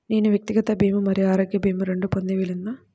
నేను వ్యక్తిగత భీమా మరియు ఆరోగ్య భీమా రెండు పొందే వీలుందా?